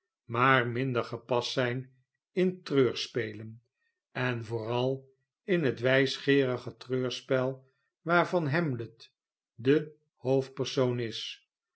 maar minder gepast zijn in treurspelen en vooral in het wijsgeerige treurspel waarvan hamlet de hoofdpersoon is